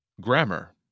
Grammar